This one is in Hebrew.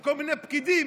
שכל מיני פקידים,